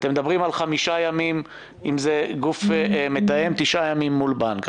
אתם מדברים על חמישה ימים אם זה גוף מתאם ותשעה ימים מול בנק.